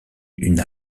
une